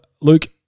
Luke